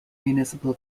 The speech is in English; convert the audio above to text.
municipal